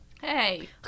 Hey